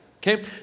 Okay